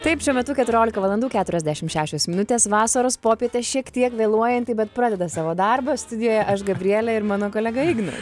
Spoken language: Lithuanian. taip šiuo metu keturiolika valandų keturiasdešim šešios minutės vasaros popietė šiek tiek vėluojanti bet pradeda savo darbą studijoje aš gabrielė ir mano kolega igna